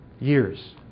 Years